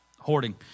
hoarding